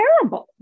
terrible